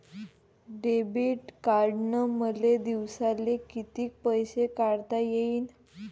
Debit कार्डनं मले दिवसाले कितीक पैसे काढता येईन?